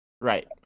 right